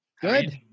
Good